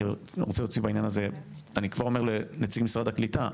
אני כבר אומר לנציג משרד הקליטה,